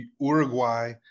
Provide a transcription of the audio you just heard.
Uruguay